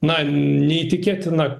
na neįtikėtina